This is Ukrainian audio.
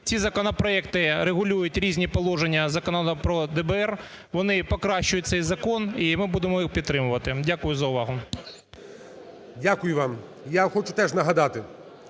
Ці законопроекти регулюють різні положення Закону про ДБР, вони покращують цей закон і ми будемо їх підтримувати. Дякую за увагу. ГОЛОВУЮЧИЙ. Дякую вам. Я хочу теж нагадати,